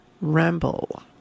ramble